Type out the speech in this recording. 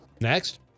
Next